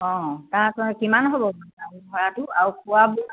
অঁ তাৰপিছত কিমান হ'ব বাৰু ভাড়াটো আৰু খোৱা বোৱা